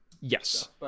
Yes